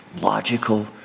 logical